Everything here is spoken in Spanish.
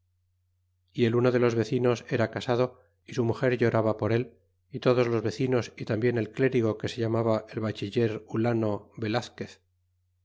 y el uno de los vecinos era casado y su muger lloraba por él y todos los vecinos y tambien el clérigo que se llamaba el bachiller hulano velazquez